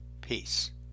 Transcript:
Peace